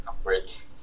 average